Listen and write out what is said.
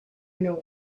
know